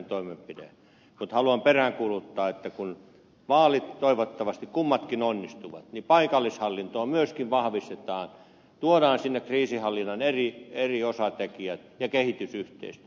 mutta haluan peräänkuuluttaa että kun toivottavasti kummatkin vaalit onnistuvat niin paikallishallintoa myöskin vahvistetaan tuodaan sinne kriisinhallinnan eri osatekijät ja kehitysyhteistyö